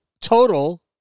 total